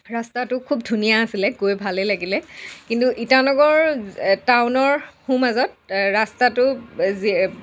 ৰাস্তাটো খুব ধুনীয়া আছিলে গৈ ভালে লাগিলে কিন্তু ইটানগৰ টাউনৰ সোঁমাজত ৰাস্তাটো যি